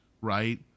right